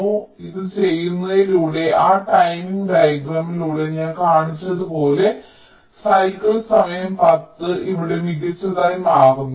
അതിനാൽ ഇത് ചെയ്യുന്നതിലൂടെ ആ ടൈമിംഗ് ഡയഗ്രാമിലൂടെ ഞാൻ കാണിച്ചതുപോലെ സൈക്കിൾ സമയം 10 ഇവിടെ മികച്ചതായി മാറുന്നു